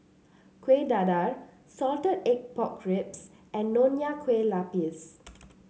Kuih Dadar Salted Egg Pork Ribs and Nonya Kueh Lapis